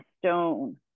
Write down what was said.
stone